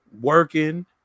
working